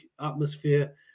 atmosphere